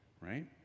right